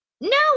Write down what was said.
No